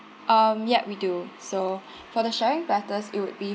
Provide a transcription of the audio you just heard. um yup we do so for the sharing platters it would be